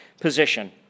position